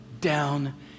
down